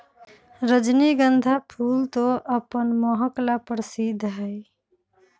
रजनीगंधा फूल तो अपन महक ला प्रसिद्ध हई